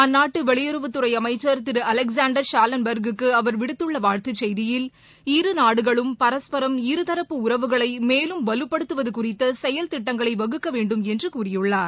அந்நாட்டுவெளியுறவுத்துறைஅமைச்சர் திருஅலேக்ஸாண்டர் ஷாலன்பெர்க் கிற்கு அவர் விடுத்துள்ளவாழ்த்துசெய்தியில் இருநாடுகளும் பரஸ்பரம் இருதரப்பு உறவுகளைமேலும் வலுப்படுத்துவதுகுறித்த செயல் திட்டங்களைவகுக்கவேண்டும் என்றுகூறியுள்ளார்